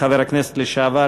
חבר הכנסת לשעבר,